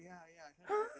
!huh!